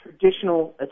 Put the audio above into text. traditional